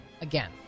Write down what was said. again